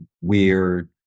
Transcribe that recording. weird